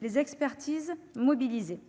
des expertises mobilisées.